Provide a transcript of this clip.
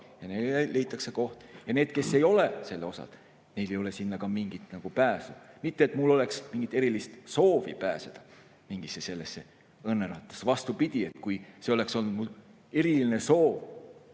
ja need, kes ei ole selle osad, neil ei ole sinna mingit pääsu. Mitte et mul oleks mingi eriline soov pääseda sellesse õnnerattasse, vastupidi. Kui see oleks olnud mu eriline soov,